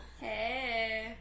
Hey